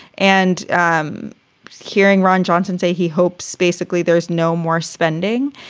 and i'm hearing ron johnson say he hopes basically there's no more spending.